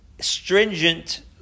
stringent